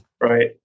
right